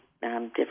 different, –